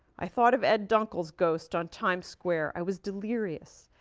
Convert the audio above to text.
i thought of ed dunkel's ghost on times square. i was delirious.